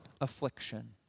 affliction